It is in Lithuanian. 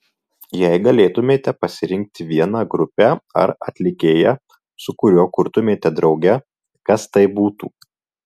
jei galėtumėte pasirinkti vieną grupę ar atlikėją su kuriuo kurtumėte drauge kas tai būtų